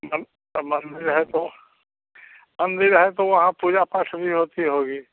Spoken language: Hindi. मन अब मंदिर हैं तो मंदिर है तो वहाँ पूजा पाठ भी होती होगी